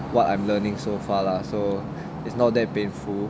what I'm learning so far lah so it's not that painful